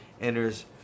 enters